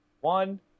one